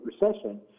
Recession